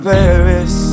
Paris